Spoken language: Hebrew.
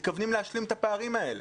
מתכוונים לסגור את הפערים האלה?